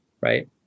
Right